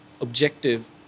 objective